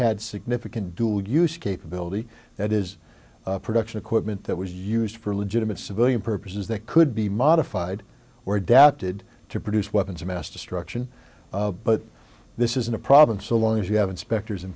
had significant dual use capability that is production equipment that was used for legitimate civilian purposes that could be modified or adapted to produce weapons of mass destruction but this isn't a problem so long as you have inspectors in